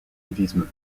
bouddhisme